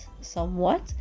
somewhat